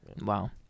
Wow